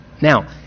Now